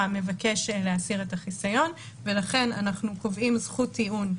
מבקש להסיר את החיסיון ולכן אנחנו קובעים זכות טיעון,